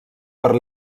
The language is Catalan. per